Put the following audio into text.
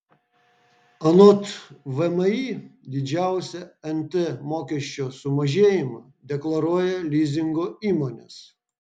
anot vmi didžiausią nt mokesčio sumažėjimą deklaruoja lizingo įmonės